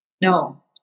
no